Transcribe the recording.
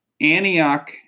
Antioch